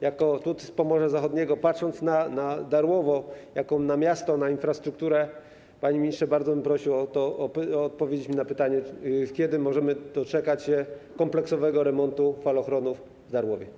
Jako poseł z Pomorza Zachodniego, patrząc na Darłowo jako na miasto, na infrastrukturę, panie ministrze, bardzo bym prosił o odpowiedź na pytanie, kiedy możemy doczekać się kompleksowego remontu falochronów w Darłowie.